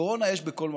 קורונה יש בכל מקום,